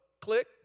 click